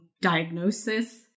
diagnosis